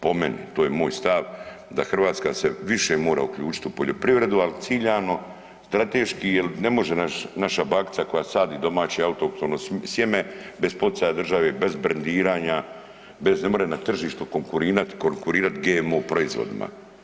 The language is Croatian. Po meni, to je moj stav da Hrvatska se više mora uključiti u poljoprivredu ali ciljano, strateški jer ne može naša bakica koja sadi domaće autohtono sjeme bez poticaja države, bez brendiranja, bez, ne more na tržištu konkurirati GMO proizvodima.